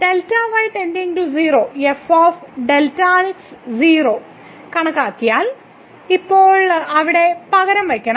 ഇപ്പോൾ നമ്മൾ ഈ f Δx 0 കണക്കാക്കിയാൽ ഇപ്പോൾ അവിടെ പകരം വയ്ക്കണം